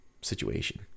situation